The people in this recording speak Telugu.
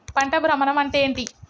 పంట భ్రమణం అంటే ఏంటి?